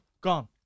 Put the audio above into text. gone